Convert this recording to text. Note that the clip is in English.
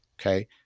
okay